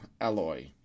alloy